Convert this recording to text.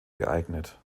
geeignet